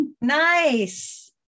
Nice